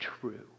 true